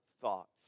thoughts